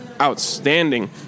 outstanding